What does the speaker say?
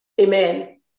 amen